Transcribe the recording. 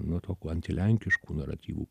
nu tokių antilenkiškų naratyvų